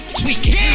tweaking